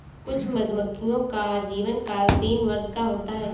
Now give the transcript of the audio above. कुछ मधुमक्खियों का जीवनकाल तीन वर्ष का होता है